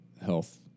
health